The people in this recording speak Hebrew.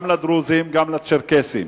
גם לדרוזים וגם לצ'רקסים.